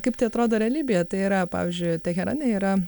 kaip tai atrodo realybėje tai yra pavyzdžiui teherane yra